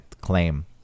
claim